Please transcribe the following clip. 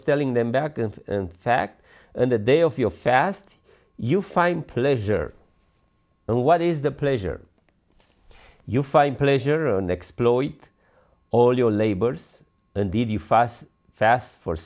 telling them back and in fact in the day of your fast you find pleasure and what is the pleasure you find pleasure and exploit all your labors and did you fast fast for